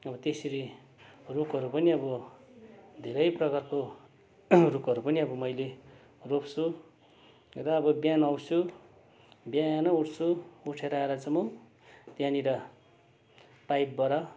अब त्यसरी रुखहरू पनि अब धेरै प्रकारको रुखहरू पनि अब मैले रोप्छु र अब बिहान उठ्छु बिहान उठ्छु उठेर आएर चाहिँ म त्यहाँनिर पाइपबाट